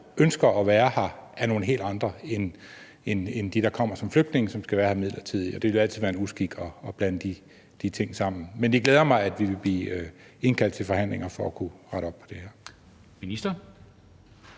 ønsker at være her, er nogle helt andre end dem, der kommer som flygtninge, og som skal være her midlertidigt, og det vil altid være en uskik at blande de ting sammen. Men det glæder mig, at vi vil blive indkaldt til forhandlinger for at kunne rette op på det her.